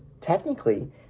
technically